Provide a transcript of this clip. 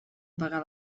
apagar